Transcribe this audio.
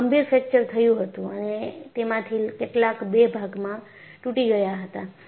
તેમાં ગંભીર ફ્રેક્ચર થયું હતું અને તેમાંથી કેટલાક 2 ભાગમાં તૂટી ગયા હતા